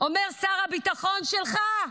אומר שר הביטחון שלך.